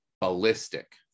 Ballistic